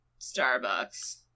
Starbucks